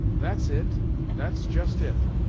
that's it that's just it.